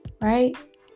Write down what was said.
Right